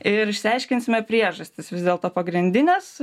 ir išsiaiškinsime priežastis vis dėlto pagrindines